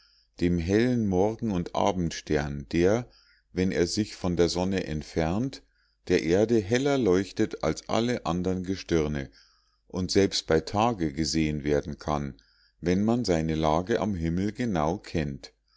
dem hellen morgen und abendstern der wenn er sich von der sonne entfernt der erde heller leuchtet als alle andern gestirne und selbst bei tage gesehen werden kann wenn man seine lage am himmel genau kennt